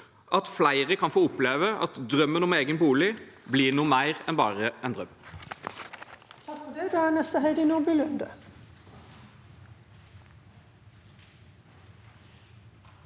at flere kan få oppleve at drømmen om egen bolig blir noe mer enn bare en drøm.